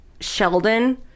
Sheldon